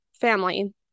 family